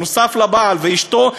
נוסף לבעל ואשתו,